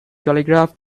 telegraph